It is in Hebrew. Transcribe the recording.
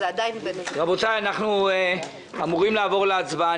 רבותיי, אנחנו אמורים לעבור להצבעה.